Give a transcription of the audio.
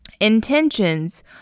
intentions